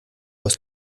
aus